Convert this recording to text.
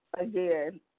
again